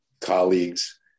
colleagues